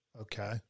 Okay